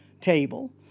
table